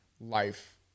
life